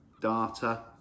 data